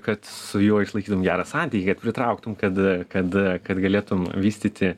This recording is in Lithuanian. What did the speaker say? kad su juo išlaikytum gerą santykį kad pritrauktum kad kad kad galėtum vystyti